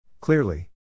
Clearly